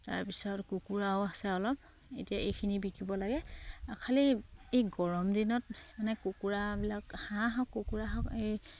তাৰপিছত কুকুৰাও আছে অলপ এতিয়া এইখিনি বিকিব লাগে খালী এই গৰম দিনত মানে কুকুৰাবিলাক হাঁহ হওক কুকুৰা হওক এই